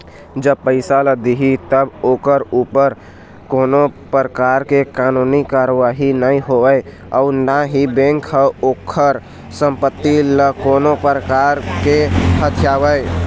जब पइसा ल दिही तब ओखर ऊपर कोनो परकार ले कानूनी कारवाही नई होवय अउ ना ही बेंक ह ओखर संपत्ति ल कोनो परकार ले हथियावय